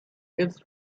its